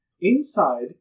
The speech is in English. inside